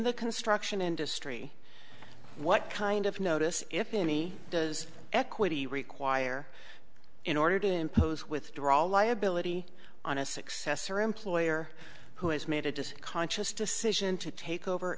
the construction industry what kind of notice if any does equity require in order to impose withdrawal liability on a successor employer who has made it is conscious decision to take over